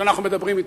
שאנחנו מדברים אתו,